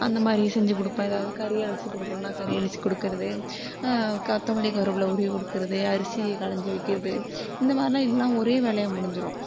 அந்த மாதிரி செஞ்சு கொடுப்பேன் எதாவது கறி அலசி கொடுக்கணுனா கறி அலசி கொடுக்கறது கொத்தமல்லி கருவப்பில உருவி கொடுக்கறது அரிசி களஞ்சு வைக்கிறது இந்த மாதிரிலாம் எல்லாம் ஒரே வேலையாக முடிஞ்சிடும்